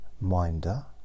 Minder